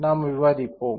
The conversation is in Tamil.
நாம் விவாதிப்போம்